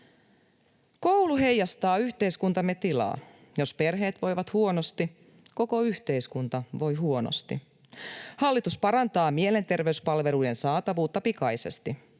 Koulu heijastaa yhteiskuntamme tilaa. Jos perheet voivat huonosti, koko yhteiskunta voi huonosti. Hallitus parantaa mielenterveyspalvelujen saatavuutta pikaisesti.